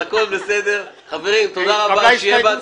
מי נמנע?